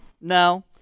No